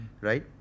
Right